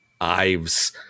Ives